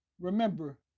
remember